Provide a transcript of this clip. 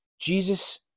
Jesus